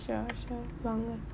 sure sure வாங்க:vaanga